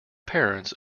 parents